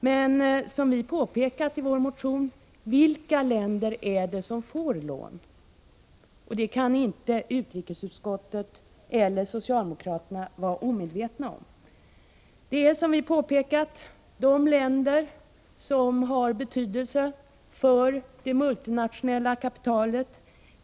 Men i vår motion ställde vi frågan: Vilka länder är det som får lån? Det kan inte utrikesutskottet eller socialdemokraterna vara omedvetna om. Det är som vi påpekat de länder som har betydelse för det multinationella kapitalet.